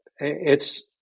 it's-